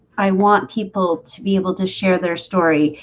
i want people to be able to share their story.